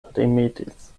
tremetis